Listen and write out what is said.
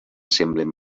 semblen